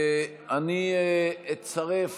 אצרף